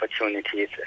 opportunities